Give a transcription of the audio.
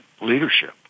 leadership